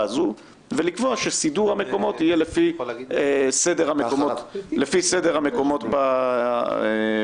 הזאת ולקבוע שסידור המקומות יהיה לפי סדר המקומות בסיעה.